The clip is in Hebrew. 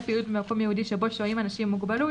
פעילות במקום ייעודי שבו שוהים אנשים עם מוגבלות,